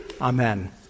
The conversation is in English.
Amen